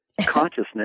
consciousness